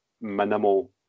minimal